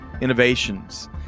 innovations